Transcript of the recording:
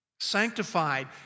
Sanctified